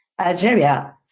Algeria